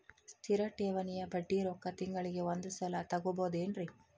ಸ್ಥಿರ ಠೇವಣಿಯ ಬಡ್ಡಿ ರೊಕ್ಕ ತಿಂಗಳಿಗೆ ಒಂದು ಸಲ ತಗೊಬಹುದೆನ್ರಿ?